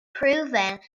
proven